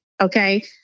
Okay